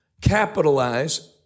capitalize